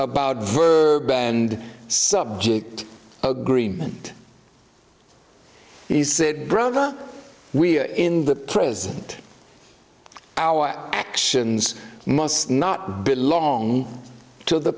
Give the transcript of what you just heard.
about virtue and subject agreement he said brother we are in the present our actions must not belong to the